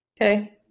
okay